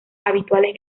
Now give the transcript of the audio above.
habituales